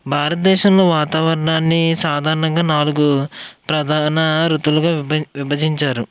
భారతదేశంలో వాతావరణాన్ని సాధారణంగా నాలుగు ప్రధాన రుతువులుగా విభ విభజించారు